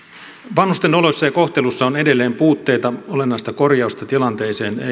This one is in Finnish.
vanhusten oloissa ja kohtelussa on edelleen puutteita olennaista korjausta tilanteeseen